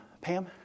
Pam